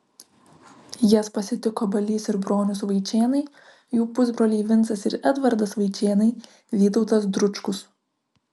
jas pasitiko balys ir bronius vaičėnai jų pusbroliai vincas ir edvardas vaičėnai vytautas dručkus